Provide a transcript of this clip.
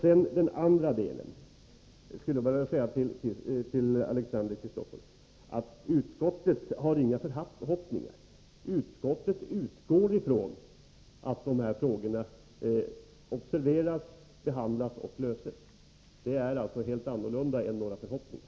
Vad sedan beträffar de andra frågorna vill jag säga till Alexander Chrisopoulos att utskottet i den delen inte framför några förhoppningar utan utgår från att dessa frågor skall observeras, behandlas och lösas. Det är alltså inte alls fråga om några förhoppningar.